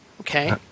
okay